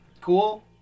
cool